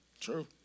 true